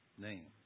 name